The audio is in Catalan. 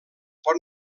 pot